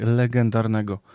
legendarnego